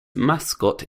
mascot